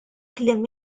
kliem